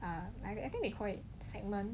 err I I think they call it segment